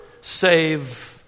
save